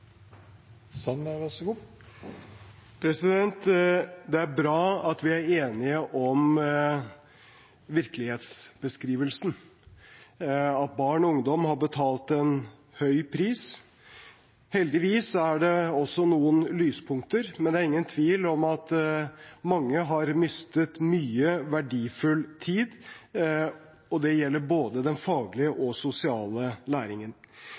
bra at vi er enige om virkelighetsbeskrivelsen – at barn og ungdom har betalt en høy pris. Heldigvis er det også noen lyspunkter, men det er ingen tvil om at mange har mistet mye verdifull tid. Det gjelder både den faglige og den sosiale læringen.